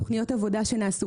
תוכניות עבודה שנעשו,